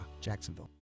Jacksonville